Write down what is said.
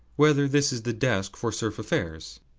whether this is the desk for serf affairs?